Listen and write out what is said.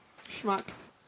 Schmucks